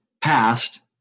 passed